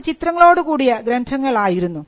അത് ചിത്രങ്ങളോട് കൂടിയ ഗ്രന്ഥങ്ങൾ ആയിരുന്നു